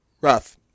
rough